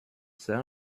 c’est